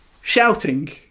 shouting